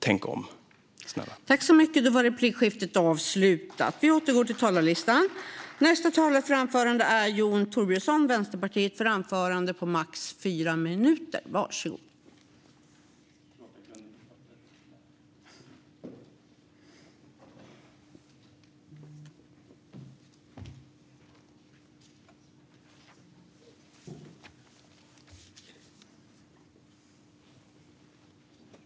Tänk om, snälla!